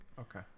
Okay